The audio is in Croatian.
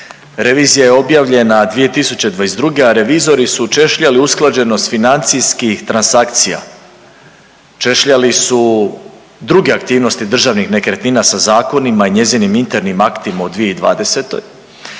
revizija je objavljena 2022., a revizori su češljali usklađenost financijskih transakcija, češljali su druge aktivnosti državnih nekretnina sa zakonima i njezinim internim aktima u 2020..